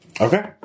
Okay